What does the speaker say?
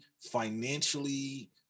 financially